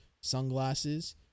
Sunglasses